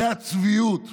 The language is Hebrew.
זה הצביעות.